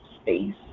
space